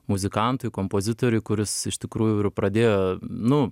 muzikantui kompozitoriui kuris iš tikrųjų ir pradėjo nu